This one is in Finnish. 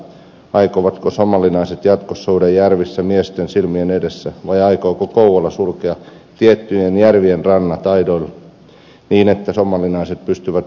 aikovatko somalinaiset jatkossa uida järvissä miesten silmien edessä vai aikooko kouvola sulkea tiettyjen järvien rannat aidoilla niin että somalinaiset pystyvät uimaan rauhassa